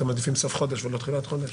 אתם מעדיפים סוף חודש ולא תחילת חודש?